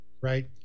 right